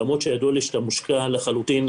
למרות שידוע לי שאתה מושקע לחלוטין,